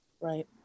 Right